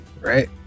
right